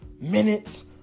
minutes